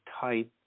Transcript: type